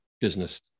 business